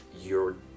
you're-